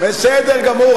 בסדר גמור,